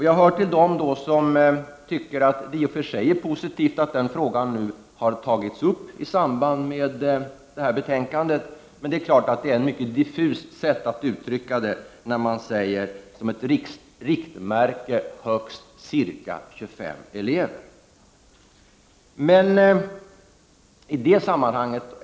Jag är en av dem som tycker att det i och för sig är positivt att den här frågan har tagits upp i samband med behandlingen av detta betänkande. Men det är klart att man uttrycker sig mycket diffust när man säger att riktmärket skall vara högst ca 25 elever.